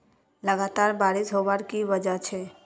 लगातार बारिश होबार की वजह छे?